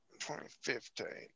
2015